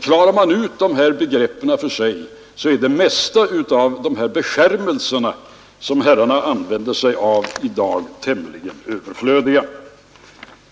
Klarar man ut dessa begrepp, är det mesta av de här beskärmelserna som herrarna ägnar sig åt i dag tämligen överflödigt.